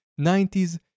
90s